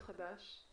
לגבי השאלה השלישית,